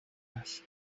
است